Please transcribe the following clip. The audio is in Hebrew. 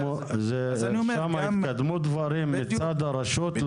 שם התקדמו דברים מצד הרשות,